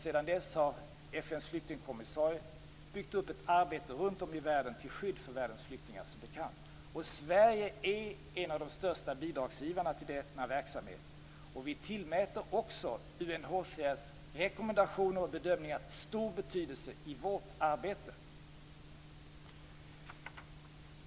Sedan dess har FN:s flyktingkommissarie byggt upp ett arbete runt om i världen till skydd för världens flyktingar, som bekant är. Sverige är en av de största bidragsgivarna till denna verksamhet. Vi tillmäter också UNHCR:s rekommendationer och bedömningar stor betydelse i vårt arbete.